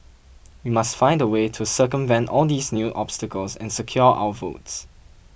we must find a way to circumvent all these new obstacles and secure our votes